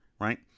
right